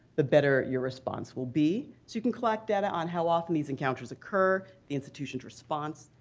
the better your response will be. so you can collect data on how often these encounters occur, the institutions response,